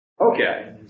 Okay